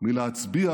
מלהצביע